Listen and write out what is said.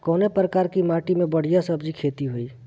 कवने प्रकार की माटी में बढ़िया सब्जी खेती हुई?